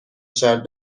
شرط